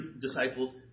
disciples